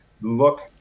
look